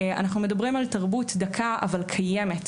אנחנו מדברים על תרבות דקה אבל קיימת,